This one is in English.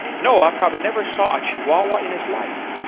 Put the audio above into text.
noah probably never saw a chihuahua in his life.